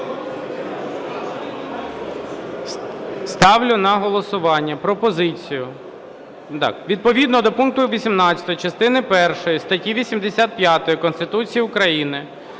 ставлю на голосування пропозицію… Не так. Відповідно до пункту 18 частини першої статті 85 Конституції України